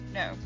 no